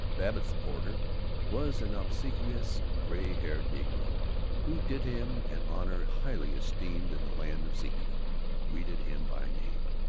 babbitt's porter was an obsequious gray-haired negro who did him an honor highly esteemed in the land of zenith greeted him by name.